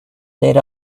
lit